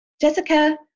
Jessica